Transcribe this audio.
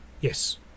Yes